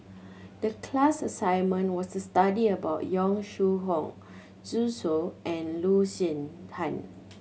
the class assignment was to study about Yong Shu Hoong Zhu Xu and Loo Zihan